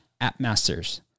appmasters